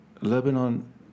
Lebanon